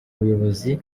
buyobozi